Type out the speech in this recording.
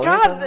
God